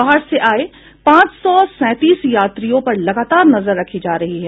बाहर से आये पांच सौ सैंतीस यात्रियों पर लगातार नजर रखी जा रही है